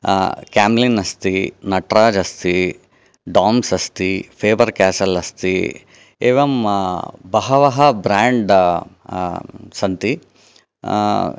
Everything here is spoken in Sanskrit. केम्लिन् अस्ति नटराज् अस्ति डाम्स् अस्ति फेबर् केसल् अस्ति एवं बहवः ब्रेण्ड् सन्ति